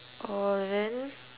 oh then